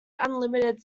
unlimited